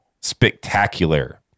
spectacular